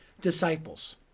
disciples